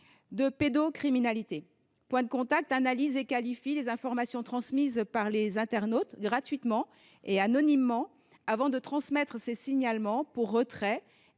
de pédocriminalité. Point de Contact analyse et qualifie les informations transmises par les internautes gratuitement et anonymement, avant de transmettre ces signalements, pour retrait et